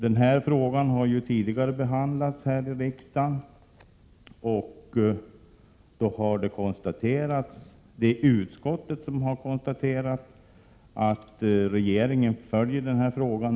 Denna fråga har tidigare behandlats här i riksdagen. Utskottet har då konstaterat att regeringen noga följer denna fråga.